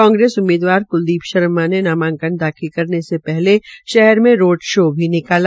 कांग्रेस उम्मीदवार क्लदीप शर्मा ने नामांकन दाखिल करने से पहले शहर में रोड शो भी निकाला